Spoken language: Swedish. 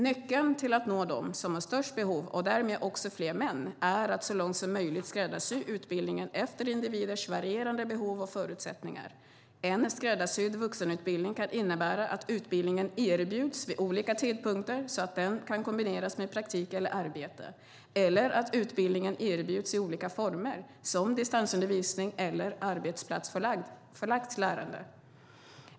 Nyckeln till att nå dem som har störst behov, och därmed också fler män, är att så långt som möjligt skräddarsy utbildningen efter individers varierande behov och förutsättningar. En skräddarsydd vuxenutbildning kan innebära att utbildningen erbjuds vid olika tidpunkter, så att den kan kombineras med praktik eller arbete, eller att utbildningen erbjuds i olika former, som distansundervisning eller arbetsplatsförlagt lärande.